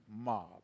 mob